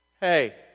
Hey